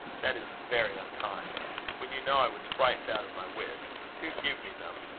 that is very unkind when you know i was frightened out of my wits. do give me them.